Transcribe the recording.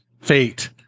Fate